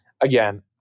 Again